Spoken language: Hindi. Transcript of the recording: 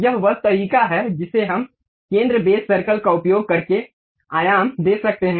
यह वह तरीका है जिसे हम केंद्र बेस सर्कल का उपयोग करके आयाम दे सकते हैं